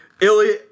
Ilya